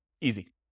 Easy